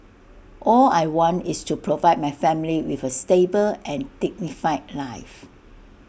all I want is to provide my family with A stable and dignified life